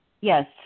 Yes